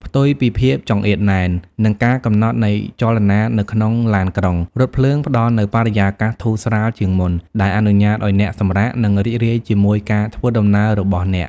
ផ្ទុយពីភាពចង្អៀតណែន និងការកំណត់នៃចលនានៅក្នុងឡានក្រុង រថភ្លើងផ្ដល់នូវបរិយាកាសធូរស្រាលជាងមុន ដែលអនុញ្ញាតឱ្យអ្នកសម្រាក និងរីករាយជាមួយការធ្វើដំណើររបស់អ្នក។